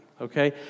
okay